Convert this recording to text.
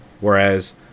Whereas